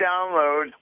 download